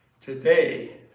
Today